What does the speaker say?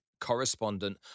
correspondent